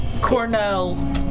Cornell